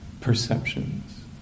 Perceptions